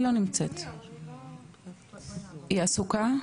היא עסוקה?